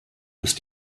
ist